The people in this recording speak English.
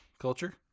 culture